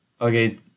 Okay